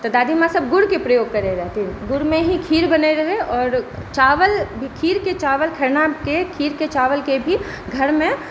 तऽ दादीमाँसभ गुड़के प्रयोग करै रहथिन गुड़मे ही खीर बनै रहै आओर चावल भी खीरके चावल खरनाके खीरके चावलके भी घरमे